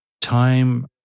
time